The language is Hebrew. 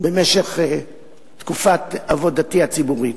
במשך עבודתי הציבורית,